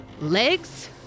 Legs